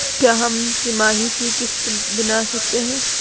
क्या हम तिमाही की किस्त बना सकते हैं?